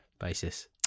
Basis